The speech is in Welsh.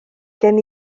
gen